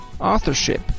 authorship